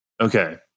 okay